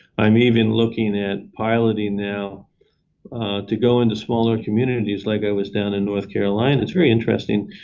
i'm even looking at piloting now to go into smaller communities like i was down in north carolina it's very interesting,